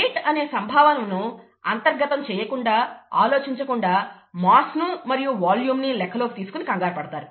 rate అనే సంభావనను అంతర్గతం చేయకుండా ఆలోచించకుండా మాస్ ను మరియు వాల్యూమ్ను లెక్కలోకి తీసుకుని కంగారు పడతారు